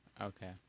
Okay